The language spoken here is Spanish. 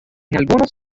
algunos